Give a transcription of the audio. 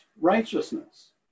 righteousness